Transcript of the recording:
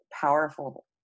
powerful